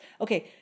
okay